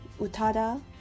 Utada